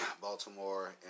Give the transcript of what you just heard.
Baltimore